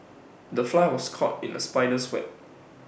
the fly was caught in the spider's web